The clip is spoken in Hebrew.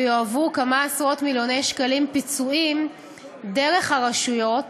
ויועברו כמה עשרות-מיליוני שקלים פיצויים דרך הרשויות